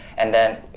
and then,